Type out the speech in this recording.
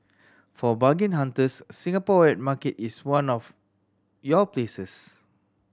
for bargain hunters Singapore wet market is one of your places